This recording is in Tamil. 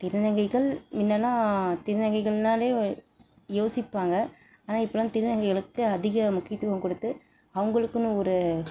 திருநங்கைகள் முன்னலாம் திருநங்கைகள்னாலே யோசிப்பாங்க ஆனால் இப்போல்லாம் திருநங்கைகளுக்கு அதிக முக்கியத்துவம் கொடுத்து அவங்களுக்குன்னு ஒரு